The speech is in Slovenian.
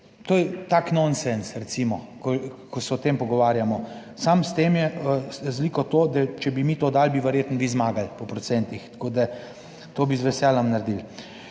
to je tak nonsens recimo, ko se o tem pogovarjamo. Samo s tem je razlika to, da če bi mi to dali, bi verjetno vi zmagali po procentih, tako da to bi z veseljem naredili.